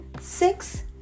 six